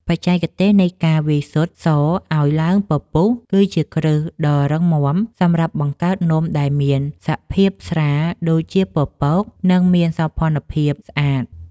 បច្ចេកទេសនៃការវាយស៊ុតសឱ្យឡើងពពុះ គឺជាគ្រឹះដ៏រឹងមាំសម្រាប់បង្កើតនំដែលមានសភាពស្រាលដូចជាពពក និងមានសោភ័ណភាពស្អាត។